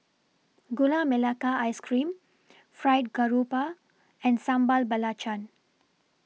Gula Melaka Ice Cream Fried Garoupa and Sambal Belacan